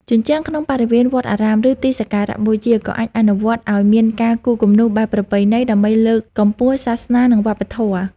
ជញ្ជាំងក្នុងបរិវេណវត្តអារាម ឬទីសក្ការៈបូជា ក៏អាចអនុញ្ញាតឱ្យមានការគូរគំនូរបែបប្រពៃណីដើម្បីលើកកម្ពស់សាសនា និងវប្បធម៌។